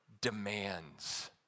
demands